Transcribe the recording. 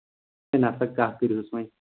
ہے نہ سا کَہہ کٔرۍہُس وۄنۍ